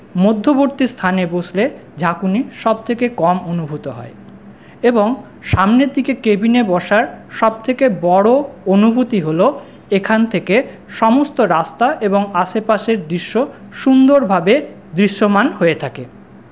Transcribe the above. মধ্যবর্তীস্থানে বসলে ঝাঁকুনি সব থেকে কম অনুভূত হয় এবং সামনের দিকে কেবিনে বসার সব থেকে বড়ো অনুভূতি হল এখান থেকে সমস্ত রাস্তা এবং আশেপাশের দৃশ্য সুন্দরভাবে দৃশ্যমান হয়ে থাকে